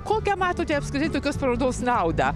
kokią matote apskritai tokios parodos naudą